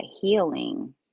Healing